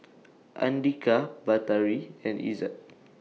Andika Batari and Izzat